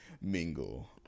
mingle